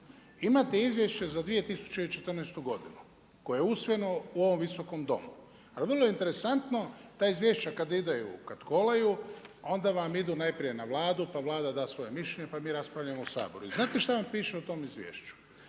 Imate izvješće za 2014. godinu, koja je usvojeno u ovom Visokom domu. Ali vrlo je interesantno, ta izvješća kad idu, kad kolaju, onda vam idu najprije na Vladu, pa Vlada da svoje mišljenje, pa mi raspravljamo u Saboru. I znate što vam piše u tom izvješću?